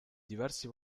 diverse